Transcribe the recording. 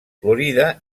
florida